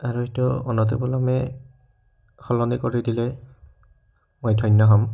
আৰু এইটো অনতিপলমে সলনি কৰি দিলে মই ধন্য হ'ম